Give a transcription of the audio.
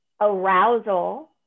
arousal